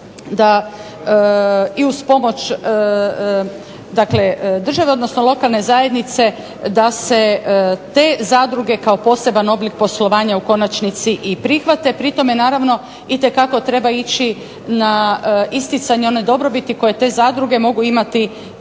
da i uz pomoć dakle države, odnosno lokalne zajednice da se te zadruge kao poseban oblik poslovanja u konačnici i prihvate. Pri tome naravno itekako treba ići na isticanje one dobrobiti koje te zadruge mogu imati